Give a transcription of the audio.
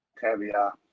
Caviar